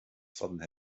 southern